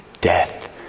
death